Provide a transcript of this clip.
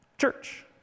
church